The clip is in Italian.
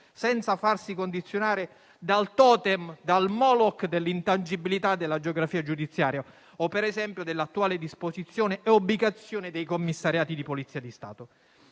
senza farsi condizionare dal *totem*, dal *moloc* dell'intangibilità della geografia giudiziaria o - per esempio - dell'attuale disposizione e ubicazione dei commissariati di Polizia di Stato.